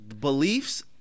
beliefs